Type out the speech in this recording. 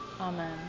Amen